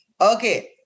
Okay